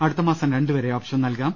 അടുത്തമാസം രണ്ടുവരെ ഓപ്ഷൻ നൽകാം